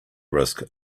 risk